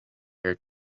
here